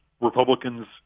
Republicans